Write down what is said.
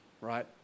right